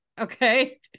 Okay